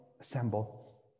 assemble